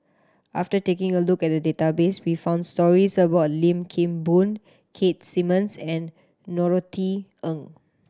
after taking a look at the database we found stories about Lim Kim Boon Keith Simmons and Norothy Ng